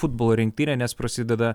futbolo rinktinė nes prasideda